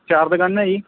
ਚਾਰ ਦੁਕਾਨਾਂ ਜੀ